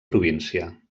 província